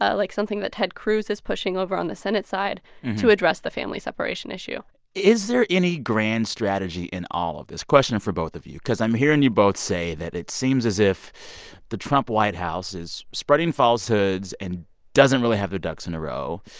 ah like something that ted cruz is pushing over on the senate side to address the family separation issue is there any grand strategy in all of this question for both of you because i'm hearing you both say that it seems as if the trump white house is spreading falsehoods and doesn't really have their ducks in a row.